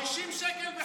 60 שקל בחודש.